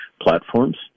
platforms